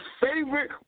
favorite